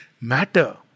matter